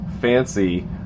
fancy